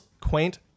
quaint